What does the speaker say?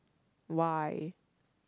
why